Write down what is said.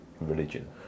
religion